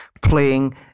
playing